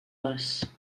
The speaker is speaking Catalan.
les